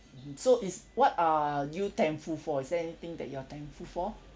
mmhmm so is what are you thankful for is there anything that you're thankful for